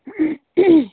हूं